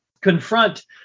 confront